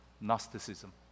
Gnosticism